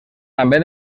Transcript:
també